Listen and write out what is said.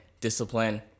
discipline